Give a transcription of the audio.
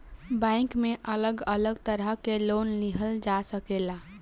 bank में अलग अलग तरह के लोन लिहल जा सकता